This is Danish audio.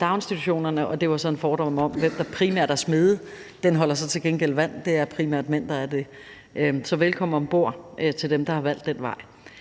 daginstitutionerne. Og det var så en fordom om, hvem der primært er smede. Den holder så til gengæld vand, for det er primært mænd, der er det. Så velkommen om bord til dem, der har valgt den vej.